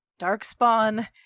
Darkspawn